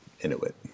Inuit